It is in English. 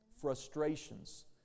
frustrations